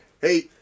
Hey